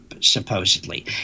supposedly